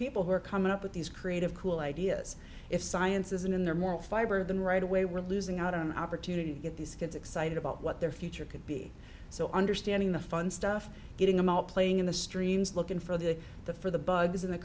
people who are coming up with these creative cool ideas if science isn't in their moral fiber them right away we're losing out an opportunity to get these kids excited about what their future could be so understanding the fun stuff getting them out playing in the streams looking for the the for the bugs in the